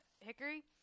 Hickory